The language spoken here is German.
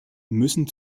müssen